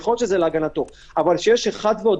ובית המשפט יפעיל --- אם זו עבירה חמורה,